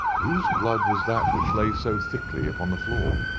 whose blood was that which lay so thickly upon the floor?